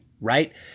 right